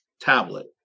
tablet